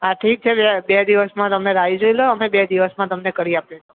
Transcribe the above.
હા ઠીક છે બે બે દિવસમાં તમને રાહ જોઈ લો અમે બે દિવસમાં તમને કરી આપીએ